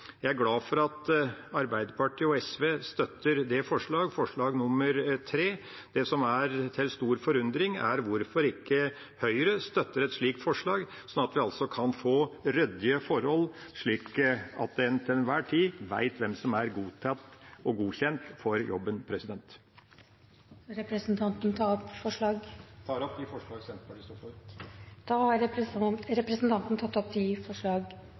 Jeg er glad for at Arbeiderpartiet og SV er med på dette forslaget, forslag nr. 3. Det som er til stor forundring, er hvorfor Høyre ikke støtter et slikt forslag, slik at vi kan få ryddige forhold, og slik at en til enhver tid vet hvem som er godtatt og godkjent for jobben. Vil representanten ta opp forslag? Jeg tar opp det forslaget som Senterpartiet har sammen med Sosialistisk Venstreparti. Representanten Per Olaf Lundteigen har tatt opp